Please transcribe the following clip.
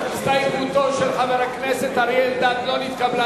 הסתייגותו של חבר הכנסת אריה אלדד לא נתקבלה.